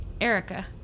Erica